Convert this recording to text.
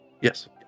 yes